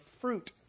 fruit